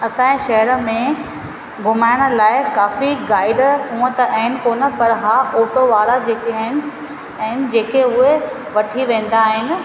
असाजे शहर में घुमाइण लाई काफ़ी गाइड हूअं त आहिनि कोन पर हा ऑटो वारा जेके आहिनि जेके उहे वठी वेंदा आहिनि